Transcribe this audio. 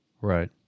Right